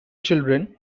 children